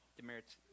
demerits